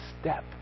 step